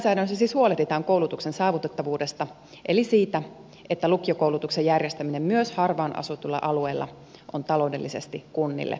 rahoituslainsäädännöllä siis huolehditaan koulutuksen saavutettavuudesta eli siitä että lukiokoulutuksen järjestäminen myös harvaan asutuilla alueilla on taloudellisesti kunnille mahdollista